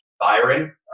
Byron